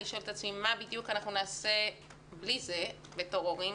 אני שואלת את עצמי מה בדיוק אנחנו נעשה בלי זה בתור הורים,